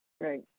right